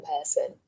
person